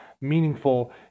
meaningful